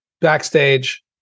backstage